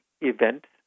events